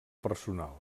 personal